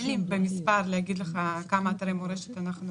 אין לי במספר להגיד לך כמה אתרי מורשת אנחנו